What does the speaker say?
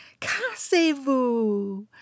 cassez-vous